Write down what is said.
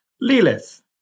Lilith